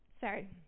Sorry